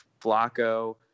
Flacco